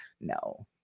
no